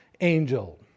angel